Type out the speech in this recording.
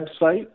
website